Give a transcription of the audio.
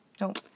nope